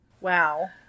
Wow